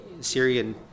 Syrian